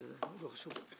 אמרתי לכם, לא חשוב.